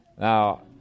Now